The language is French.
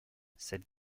cette